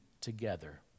together